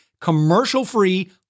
commercial-free